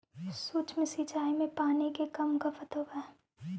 सूक्ष्म सिंचाई में पानी के कम खपत होवऽ हइ